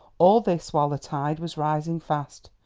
all this while the tide was rising fast,